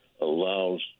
allows